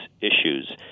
issues